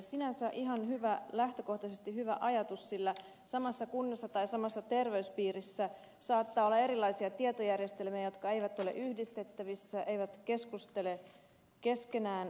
sinänsä lähtökohtaisesti ihan hyvä ajatus sillä samassa kunnassa tai samassa terveyspiirissä saattaa olla erilaisia tietojärjestelmiä jotka eivät ole yhdistettävissä eivät keskustele keskenään